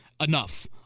enough